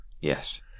yes